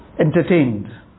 entertained